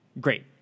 Great